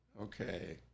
Okay